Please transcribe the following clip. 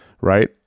right